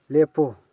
ꯂꯦꯞꯄꯨ